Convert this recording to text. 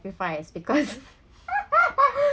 sacrifice because